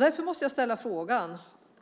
Därför måste jag ställa frågan: